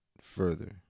further